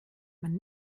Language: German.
man